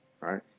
right